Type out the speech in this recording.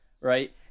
right